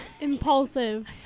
Impulsive